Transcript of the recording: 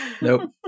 Nope